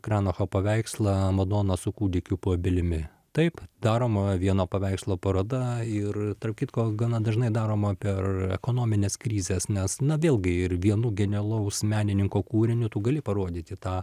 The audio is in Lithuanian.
kranacho paveikslą madona su kūdikiu po obelimi taip daroma vieno paveikslo paroda ir tarp kitko gana dažnai daroma per ekonomines krizes nes na vėlgi ir vienų genialaus menininko kūriniu tu gali parodyti tą